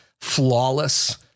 flawless